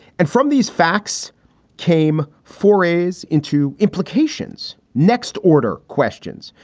and from these facts came forays into implications. next order questions.